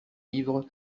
ivre